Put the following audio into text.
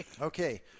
Okay